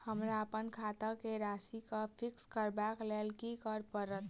हमरा अप्पन खाता केँ राशि कऽ फिक्स करबाक लेल की करऽ पड़त?